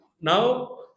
now